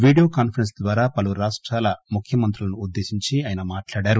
video conference ద్వారా పలు రాష్టాల ముఖ్యమంత్రులను ఉద్దేశించి ఆయన మాట్లాడారు